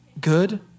Good